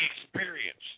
experience